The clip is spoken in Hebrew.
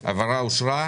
הצבעה אושר ההעברה אושרה.